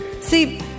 See